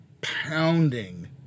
pounding